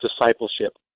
discipleship